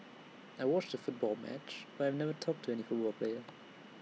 I watched A football match but I never talked to any football player